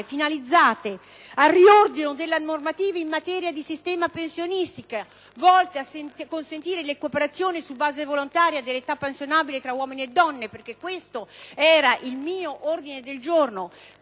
finalizzate al riordino della normativa in materia di sistema pensionistico e volte a consentire la cooperazione su un base volontaria dell'età pensionabile tra uomini e donne. Tale ordine del giorno,